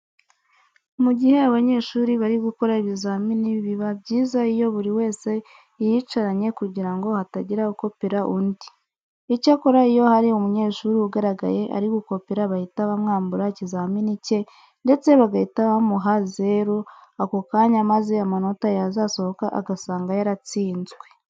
Mu gihe abanyeshuri bari gukora ibizamini biba byiza iyo buri wese yiyicaranye kugira ngo hatagira ukopera undi. Icyakora iyo hari umunyeshuri ugaragaye ari gukopera bahita bamwambura ikizamini cye ndetse bagahita bamuha zero ako kanya maze amanota yazasohoka agasanga yaratsinzwe.